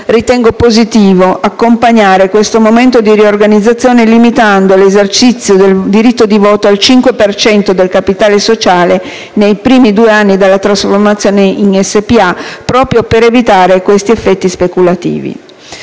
ritengo positivo accompagnare questo momento di riorganizzazione limitando l'esercizio del diritto di voto al 5 per cento del capitale sociale nei primi due anni dalla trasformazione in società per azioni, per evitare appunto questi effetti speculativi.